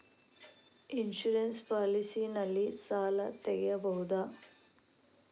Insurance policy ನಲ್ಲಿ ಸಾಲ ತೆಗೆಯಬಹುದ?